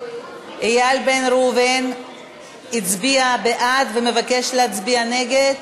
ואיל בן ראובן הצביע בעד ומבקש להצביע נגד.